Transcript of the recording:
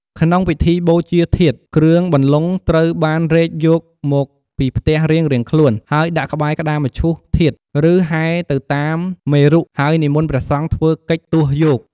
ក្នុងពិធីបូជាធាតុ គ្រឿងបន្លុងត្រូវបានរែកយកមកពីផ្ទះរៀងៗខ្លួន ហើយដាក់ក្បែរក្តារមឈូសធាតុ ឬហែទៅតាមមេរុ ហើយនិមន្តព្រះសង្ឃធ្វើកិច្ចទស់យក។